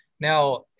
Now